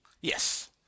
yes